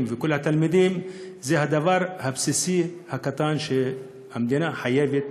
ולכל התלמידים הם הדבר הבסיסי הקטן שהמדינה חייבת